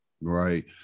Right